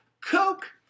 Coke